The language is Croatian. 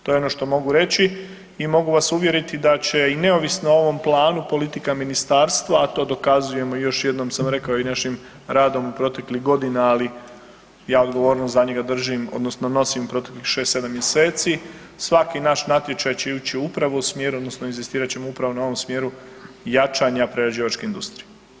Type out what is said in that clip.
To je ono što mogu reći i mogu vas uvjeriti da će i neovisno o ovom planu, politika Ministarstva a to dokazujemo još jednom sam rekao i našim radom proteklih godina, ali ja odgovornost za njega držim odnosno nosim proteklih 6, 7 mj., svaki naš natječaj će ići upravo u smjeru odnosno inzistirat ćemo upravo na ovom smjeru jačanja prerađivačke industrije.